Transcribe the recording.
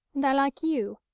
and i like you.